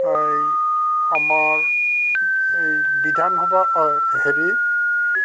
এই আমাৰ এই বিধানসভা হেৰি